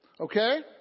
Okay